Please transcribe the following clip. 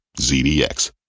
ZDX